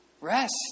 Rest